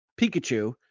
Pikachu